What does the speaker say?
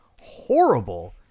horrible